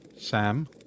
Sam